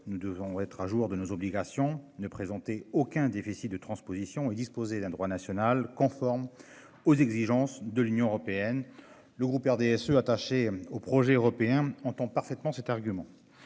nous devons être à jour de nos obligations ne présenter aucun déficit de transposition et disposer d'un droit national conforme aux exigences de l'Union. Européenne, le groupe RDSE attaché au projet européen ont ont parfaitement cet argument